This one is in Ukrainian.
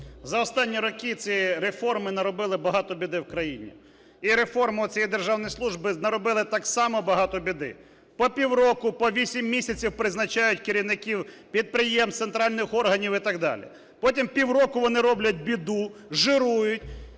За останні роки ці реформи наробили багато біди в країні, і реформа оцієї державної служби наробили так само багато біди: по півроку, по вісім місяців призначають керівників підприємств центральних органів і так далі. Потім півроку вони роблять біду, жирують,